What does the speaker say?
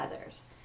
others